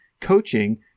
coaching